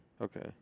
Okay